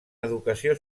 educació